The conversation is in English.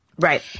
Right